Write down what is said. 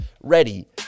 ready